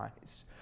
eyes